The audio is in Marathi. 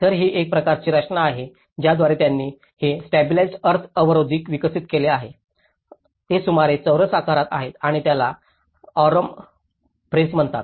तर ही एक प्रकारची रचना आहे ज्याद्वारे त्यांनी हे स्टॅबिलिज्ड अर्थ अवरोध विकसित केले जे सुमारे चौरस आकारात आहेत आणि याला ऑरम प्रेस म्हणतात